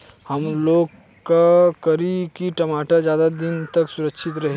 हमलोग का करी की टमाटर ज्यादा दिन तक सुरक्षित रही?